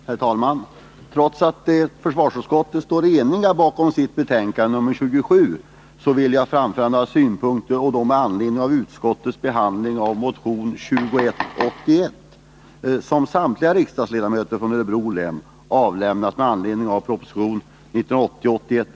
Herr talman! Trots att försvarsutskottet är enigt i sitt betänkande vill jag framföra några synpunkter med anledning av utskottets behandling av motion 2181, som samtliga riksdagsledamöter från Örebro län har väckt med anledning av proposition 186.